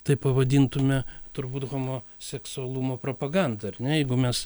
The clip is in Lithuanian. taip pavadintume turbūt homo seksualumo propaganda ar ne jeigu mes